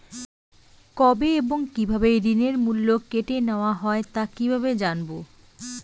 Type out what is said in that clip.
কবে এবং কিভাবে ঋণের মূল্য কেটে নেওয়া হয় তা কিভাবে জানবো?